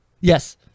Yes